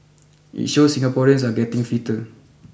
it shows Singaporeans are getting fitter